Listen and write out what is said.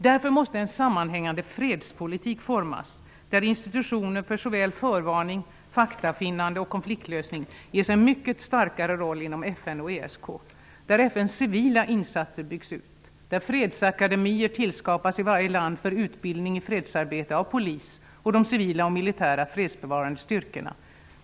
Därför måste en sammanhängande fredspolitik formas, där institutioner för såväl förvarning, faktafinnande och konfliktlösning ges en mycket starkare roll inom FN och ESK och där FN:s civila insatser byggs ut. ''Fredsakademier'' måste tillskapas i varje land för utbildning i fredsarbete av polis och de civila och militära fredsbevarande styrkorna.